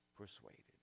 persuaded